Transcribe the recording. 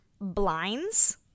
blinds